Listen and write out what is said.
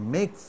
make